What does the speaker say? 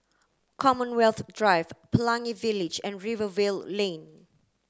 Commonwealth Drive Pelangi Village and Rivervale Lane